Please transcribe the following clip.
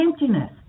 emptiness